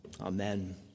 Amen